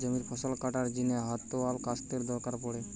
জমিরে ফসল কাটার জিনে হাতওয়ালা কাস্তের দরকার পড়ে